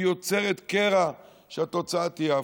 היא יוצרת קרע, שהתוצאה תהיה הפוכה.